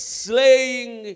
slaying